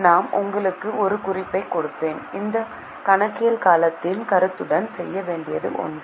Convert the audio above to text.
நான் உங்களுக்கு ஒரு குறிப்பைக் கொடுப்பேன் இது கணக்கியல் காலத்தின் கருத்துடன் செய்ய வேண்டிய ஒன்று